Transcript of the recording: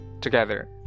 together